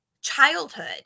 childhood